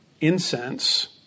incense